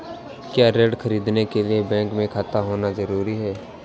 क्या ऋण ख़रीदने के लिए बैंक में खाता होना जरूरी है?